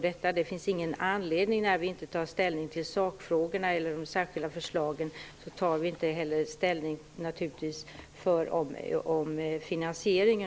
Det finns ingen anledning när vi inte tar ställning till sakfrågorna eller de särskilda förslagen att ta ställning till finansieringen.